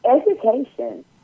Education